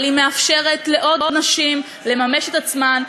אבל היא מאפשרת לעוד נשים לממש את עצמן,